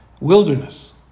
wilderness